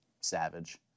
savage